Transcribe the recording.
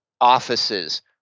offices